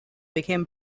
became